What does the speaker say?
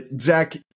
Zach